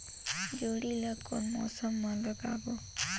जोणी ला कोन मौसम मा लगाबो?